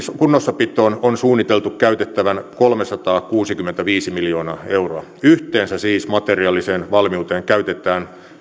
kunnossapitoon on suunniteltu käytettävän kolmesataakuusikymmentäviisi miljoonaa euroa yhteensä siis materiaaliseen valmiuteen käytetään